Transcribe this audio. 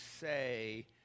say